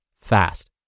fast